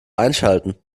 einschalten